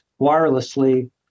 wirelessly